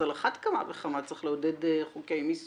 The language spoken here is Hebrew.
אז על אחת כמה וכמה צריך לעודד חוקי מיסוי,